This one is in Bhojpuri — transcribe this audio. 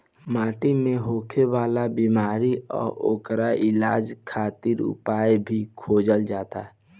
माटी मे होखे वाला बिमारी आ ओकर इलाज खातिर उपाय भी खोजल जाता